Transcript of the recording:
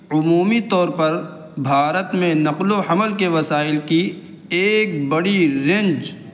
عمومی طور پر بھارت میں نقل و حمل کے وسائل کی ایک بڑی رینج